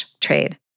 trade